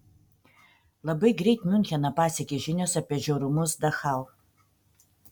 labai greit miuncheną pasiekė žinios apie žiaurumus dachau